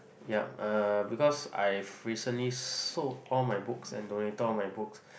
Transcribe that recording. yup uh because I've recently sold all my books and donated all my books